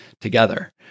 together